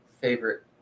favorite